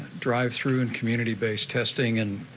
drive through and community-based testing. and